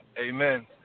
Amen